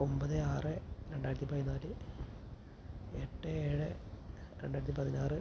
ഒമ്പത് ആറ് രണ്ടായിരത്തി പതിനാല് എട്ട് ഏഴ് രണ്ടായിരത്തി പതിനാറ്